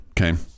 Okay